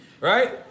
right